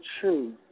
true